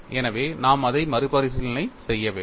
எனவே நாம் அதை மறுபரிசீலனை செய்ய வேண்டும்